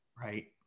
Right